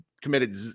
committed